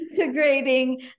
integrating